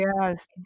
yes